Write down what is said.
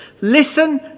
Listen